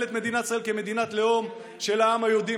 את מדינת ישראל כמדינת לאום של העם היהודי,